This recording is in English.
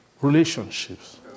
relationships